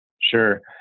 Sure